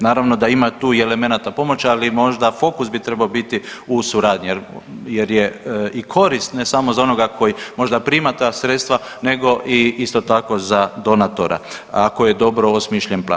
Naravno da ima tu i elemenata pomoći ali možda fokus bi trebao biti u suradnji jer je i korist ne samo za onoga koji možda prima ta sredstva nego i isto tako za donatora ako je dobro osmišljen plan.